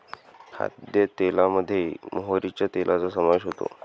खाद्यतेलामध्ये मोहरीच्या तेलाचा समावेश होतो